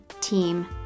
Team